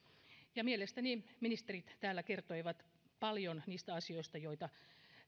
mielestäni ministerit täällä kertoivat paljon niistä asioista joita